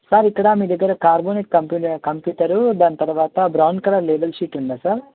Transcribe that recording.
sir ఇక్కడ మీ దగ్గర కార్బనిక్ కంపెనీ కంప్యూటర్ దాని తర్వాత బ్రౌన్ కలర్ లేబల్ షీట్ ఉందా సార్